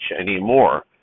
anymore